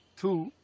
two